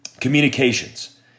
Communications